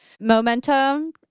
Momentum